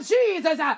jesus